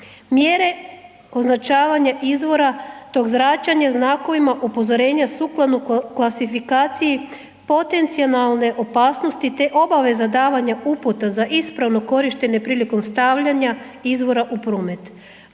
Mjere označavanje izvora tog zračenja znakovima upozorenja sukladno klasifikacije potencionalne opasnosti te obaveza davanja uputa za ispravno korištenje prilikom stavljanja izvora u promet.